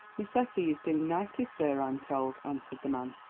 miss effie is doing nicely, sir, i'm told, answered the man.